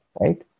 Right